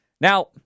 Now